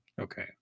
Okay